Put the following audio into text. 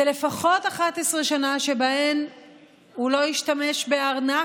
אלו לפחות 11 שנה שבהן הוא לא השתמש בארנק,